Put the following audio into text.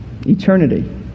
eternity